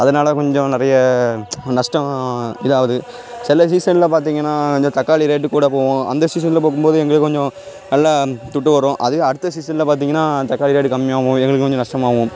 அதனால் கொஞ்சம் நிறைய நஷ்டம் இதாகுது சில சீசனில் பார்த்திங்கன்னா இந்த தக்காளி ரேட்டு கூட போகும் அந்த சீசனில் பார்க்கும்போது எங்களுக்குக் கொஞ்சம் நல்லா துட்டு வரும் அதே அடுத்த சீசனில் பார்த்திங்கன்னா தக்காளி ரேட் கம்மியாகவும் எங்களுக்கு கொஞ்சம் நஷ்டமாவும்